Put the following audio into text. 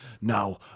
Now